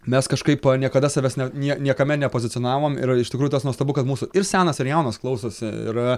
mes kažkaip niekada savęs ne nie niekame nepozicionavom ir iš tikrųjų tas nuostabu kad mūsų ir senas ir jaunas klausosi ir